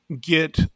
get